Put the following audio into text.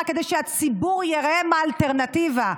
רק כדי שהציבור יראה מה האלטרנטיבה,